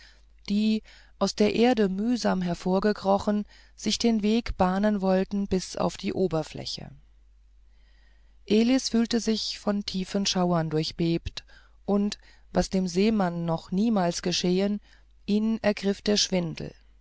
die aus der erde mühsam hervorgekrochen sich den weg bahnen wollten bis auf die oberfläche elis fühlte sich von tiefen schauern durchbebt und was dem seemann noch niemals geschehen ihn ergriff der schwindel